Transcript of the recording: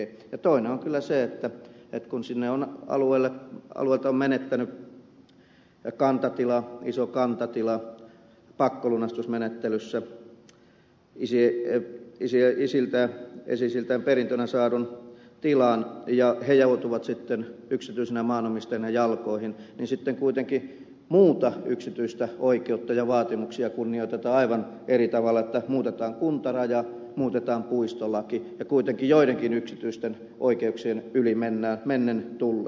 toinen on kyllä se että kun alueita on menetetty iso kantatila pakkolunastusmenettelyssä esi isiltä perintönä saatu tila ja he joutuvat sitten yksityisinä maanomistajina jalkoihin niin sitten kuitenkin muuta yksityistä oikeutta ja vaatimuksia kunnioitetaan aivan eri tavalla että muutetaan kuntaraja muutetaan puistolaki ja kuitenkin joidenkin yksityisten oikeuksien yli mennään mennen tullen